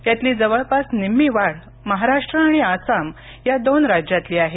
यातली जवळपास निम्मी वाढ महाराष्ट्र आणि आसाम या दोन राज्यांतली आहे